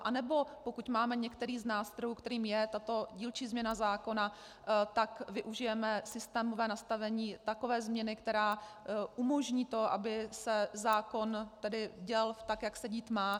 Anebo pokud máme některý z nástrojů, kterým je tato dílčí změna zákona, tak využijeme systémové nastavení takové změny, která umožní to, aby se zákon tedy děl tak, jak se dít má?